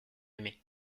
aimer